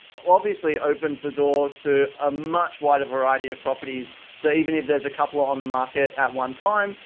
obviously opens the door to a much wider variety of properties. so even if there's a couple on the market at one time,